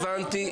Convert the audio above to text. הבנתי,